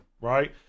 right